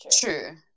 true